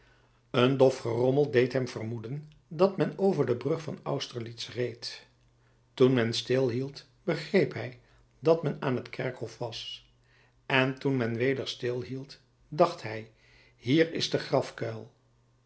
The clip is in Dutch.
een dof gerommel deed hem vermoeden dat men over de brug van austerlitz reed toen men stil hield begreep hij dat men aan het kerkhof was en toen men weder stil hield dacht hij hier is de